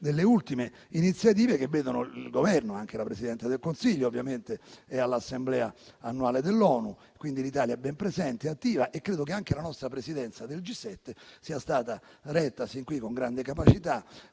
le ultime iniziative vedono il Governo italiano protagonista, con la Presidente del Consiglio, ovviamente, all'assemblea annuale dell'ONU. Quindi l'Italia è ben presente e attiva e credo che anche la nostra Presidenza del G7 sia stata retta sin qui con grande capacità